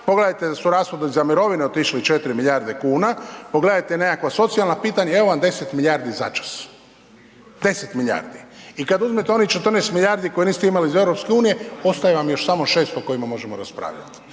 pogledajte da su rashodi za mirovine otišli 4 milijarde kuna, pogledajte nekakva socijalna pitanja, evo vam 10 milijardi začas, 10 milijardi i kad uzmete onih 14 milijardi koje niste imali iz EU, ostaje vam još samo 600 o kojima možemo raspravljati,